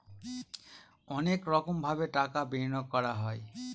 অনেক রকমভাবে টাকা বিনিয়োগ করা হয়